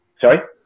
Sorry